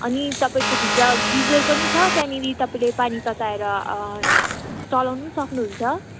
अनि तपाईँको भित्र गिजर पनि छ त्यहाँनिर तपाईँले पानी तताएर चलाउनु पनि सक्नुहुन्छ